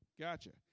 gotcha